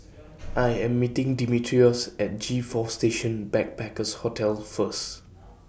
I Am meeting Dimitrios At G four Station Backpackers Hotel First